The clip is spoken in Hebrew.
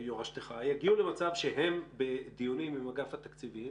יגיעו למצב שהם בדיונים עם אגף התקציבים